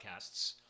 podcasts